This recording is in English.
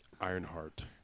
Ironheart